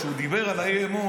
כשהוא דיבר על האי-אמון,